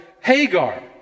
Hagar